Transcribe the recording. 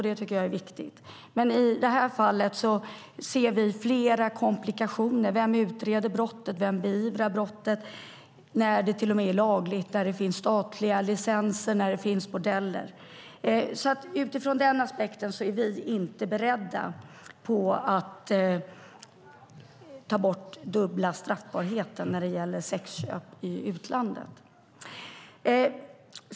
Det tycker jag är viktigt. Men i detta fall ser vi flera komplikationer. Vem utreder brottet, och vem beivrar brottet när det till och med är lagligt och där det finns statliga licenser och bordeller? Utifrån denna aspekt är vi inte beredda att ta bort den dubbla straffbarheten när det gäller sexköp i utlandet.